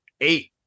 eight